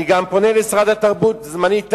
אני גם פונה אל שרת התרבות, זמני תם,